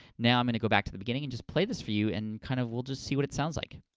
now, i'm and gonna go back to the beginning and just play this for you and kind of we'll just see what it sounds like.